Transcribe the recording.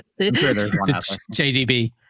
JDB